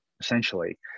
essentially